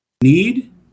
need